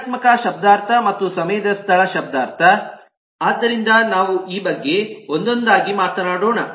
ಕ್ರಿಯಾತ್ಮಕ ಶಬ್ದಾರ್ಥ ಮತ್ತು ಸಮಯದ ಸ್ಥಳ ಶಬ್ದಾರ್ಥ ಆದ್ದರಿಂದ ನಾವು ಈ ಬಗ್ಗೆ ಒಂದೊಂದಾಗಿ ಮಾತನಾಡೋಣ